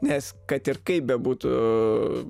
nes kad ir kaip bebūtų